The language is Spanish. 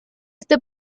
este